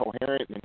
coherent